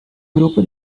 grupo